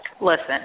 Listen